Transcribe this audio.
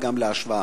וגם להשוואה.